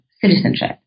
citizenship